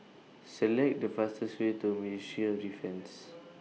Select The fastest Way to Ministry of Defence